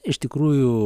iš tikrųjų